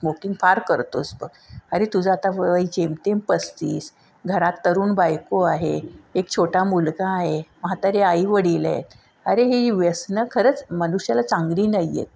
smoking फार करतोस बघ अरे तुझं आता वय जेमतेम पस्तीस घरात तरुण बायको आहे एक छोटा मुलगा आहे म्हातारे आईवडील आहेत अरे हे व्यसनं खरंच मनुष्याला चांगली नाही आहेत ती